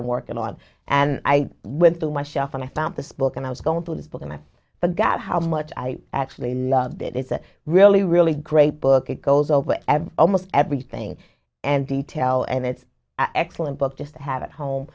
i work in on and i went through my shelf and i found this book and i was going through this book and i forgot how much i actually love that it's a really really great book it goes over almost everything and detail and it's an excellent book just to have at home